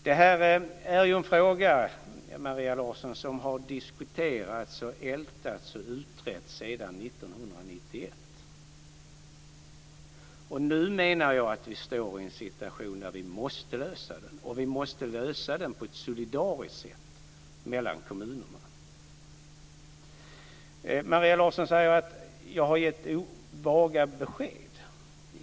Detta är en fråga, Maria Larsson, som har diskuterats, ältats och utretts sedan 1991. Nu befinner vi oss i en situation där vi måste lösa den, och vi måste lösa den på ett solidariskt sätt mellan kommunerna. Maria Larsson säger att jag har gett vaga besked.